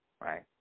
right